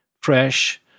fresh